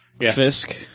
Fisk